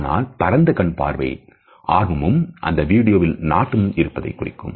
ஆனால் பரந்த கண் பாவை ஆர்வமும் அந்த வீடியோவில் நாட்டமும் இருப்பதைக் குறிக்கும்